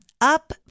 Up